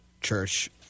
church